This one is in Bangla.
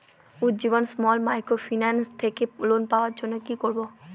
উজ্জীবন স্মল মাইক্রোফিন্যান্স থেকে লোন পাওয়ার জন্য কি করব?